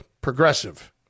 progressive